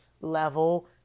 level